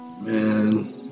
Man